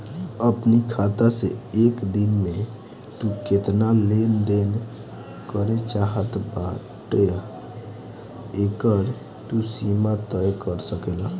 अपनी खाता से एक दिन में तू केतना लेन देन करे चाहत बाटअ एकर तू सीमा तय कर सकेला